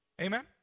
Amen